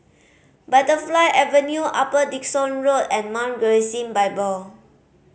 Butterfly Avenue Upper Dickson Road and Mount Gerizim Bible